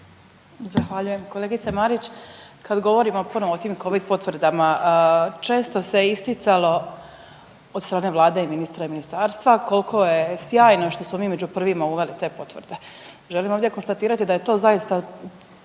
Zahvaljujem. Kolegice Marić, kad govorimo ponovo o tim Covid potvrdama, često se isticalo od strane Vlade i ministra i ministarstva koliko je sjajno što smo mi među prvima uveli te potvrde. Želim ovdje konstatirati da je to zaista